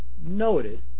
noted